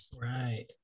right